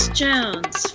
jones